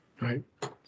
Right